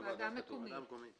בוועדה המקומית.